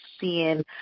seeing